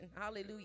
Hallelujah